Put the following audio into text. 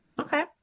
Okay